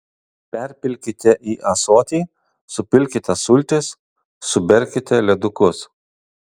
perpilkite į ąsotį supilkite sultis suberkite ledukus